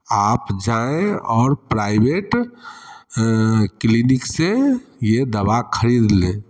आप जाएँ और प्राइवेट क्लिनिक से ये दवा खरीद लें